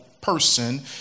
person